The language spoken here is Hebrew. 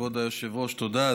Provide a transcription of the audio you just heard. כבוד היושב-ראש, תודה.